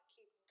Keep